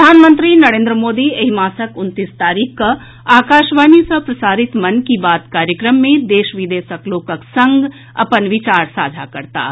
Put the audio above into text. प्रधानमंत्री नरेन्द्र मोदी एहि मासक उनतीस तारीख के आकाशवाणी सँ प्रसारित मन की बात कार्यक्रम मे देश विदेशक लोकक संग अपन विचार साझा करताह